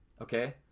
Okay